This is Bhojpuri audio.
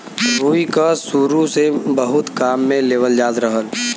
रुई क सुरु में बहुत काम में लेवल जात रहल